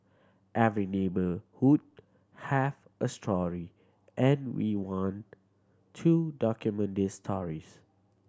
every neighbourhood has a story and we want to document these stories